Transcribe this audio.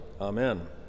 Amen